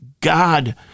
God